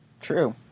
True